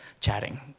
chatting